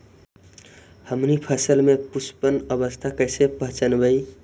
हमनी फसल में पुष्पन अवस्था कईसे पहचनबई?